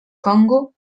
congo